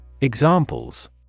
Examples